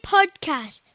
Podcast